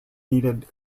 needed